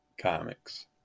Comics